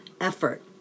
effort